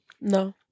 No